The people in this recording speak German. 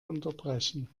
unterbrechen